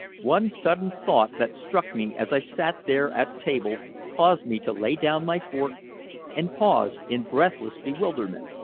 one sudden thought that struck me as i sat there at table caused me to lay down my fork and pause in breathless bewilderment.